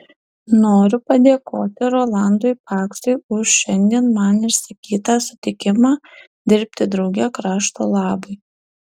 noriu padėkoti rolandui paksui už šiandien man išsakytą sutikimą dirbti drauge krašto labui